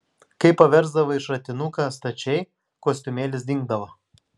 kai paversdavai šratinuką stačiai kostiumėlis dingdavo